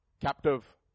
Captive